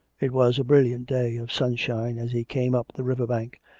it was a brilliant day of sunshine as he came up the river-bank,